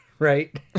Right